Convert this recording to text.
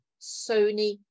Sony